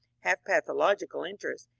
half pathological interest,